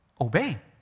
obey